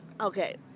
Okay